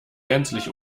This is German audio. gänzlich